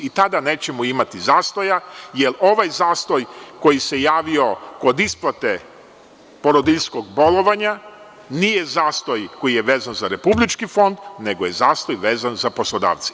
Tada nećemo imati zastoja, jer ovaj zastoj koji se javio kod isplate porodiljskog bolovanja nije zastoj koji je vezan za Republički fond, nego je zastoj koji je vezan za poslodavca.